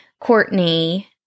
Courtney